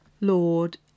Lord